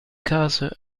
caso